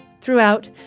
Throughout